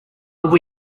ubu